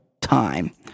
time